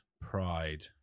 pride